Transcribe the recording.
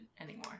anymore